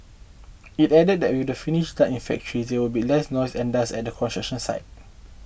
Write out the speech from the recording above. it added that with the finishes done in factory there will be less noise and dust at the construction site